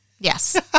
Yes